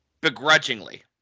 begrudgingly